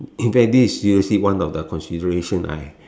in fact this is seriously one of the consideration I